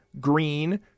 green